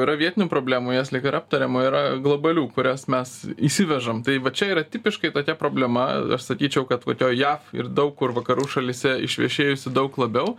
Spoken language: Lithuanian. yra vietinių problemų jas lyg ir aptarėm yra globalių kurias mes įsivežam tai va čia yra tipiškai tokia problema aš sakyčiau kad kokioj jav ir daug kur vakarų šalyse išvešėjusi daug labiau